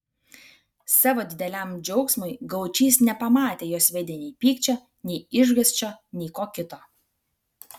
savo dideliam džiaugsmui gaučys nepamatė jos veide nei pykčio nei išgąsčio nei ko kito